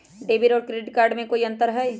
Debit और credit card में कई अंतर हई?